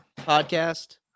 podcast